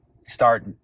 start